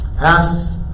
asks